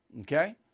Okay